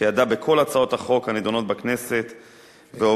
שידה בכל הצעות החוק הנדונות בכנסת ועובדת,